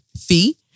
fee